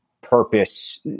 purpose